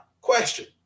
question